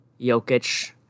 Jokic